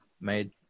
made